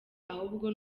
ahubwo